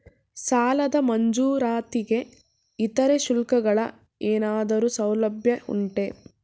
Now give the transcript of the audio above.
ಸಾಲದ ಮಂಜೂರಾತಿಗೆ ಇತರೆ ಶುಲ್ಕಗಳ ಏನಾದರೂ ಸೌಲಭ್ಯ ಉಂಟೆ?